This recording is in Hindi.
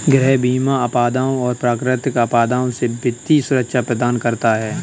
गृह बीमा आपदाओं और प्राकृतिक आपदाओं से वित्तीय सुरक्षा प्रदान करता है